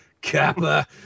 Kappa